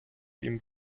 ihm